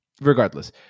Regardless